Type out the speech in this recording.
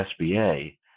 SBA